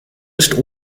ist